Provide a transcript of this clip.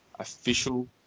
official